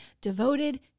devoted